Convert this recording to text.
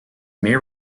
may